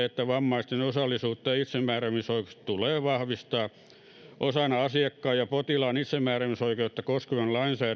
että vammaisten osallisuutta ja itsemääräämisoikeutta tulee vahvistaa osana asiakkaan ja potilaan itsemääräämisoikeutta koskevan lainsäädännön valmistelua